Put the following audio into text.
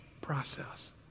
process